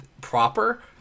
proper